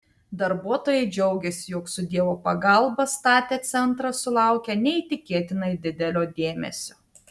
darbuotojai džiaugėsi jog su dievo pagalba statę centrą sulaukia neįtikėtinai didelio dėmesio